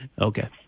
Okay